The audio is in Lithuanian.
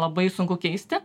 labai sunku keisti